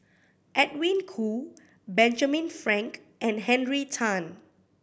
Edwin Koo Benjamin Frank and Henry Tan